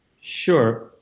sure